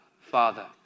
Father